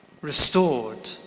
restored